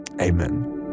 amen